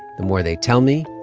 the more they tell me,